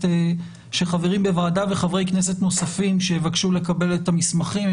שחברים בוועדה וחברי כנסת נוספים שיבקשו לקבל את המסמכים,